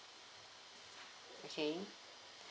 okay